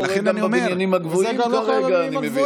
זה לא קורה גם בבניינים הגבוהים כרגע, אני מבין.